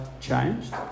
changed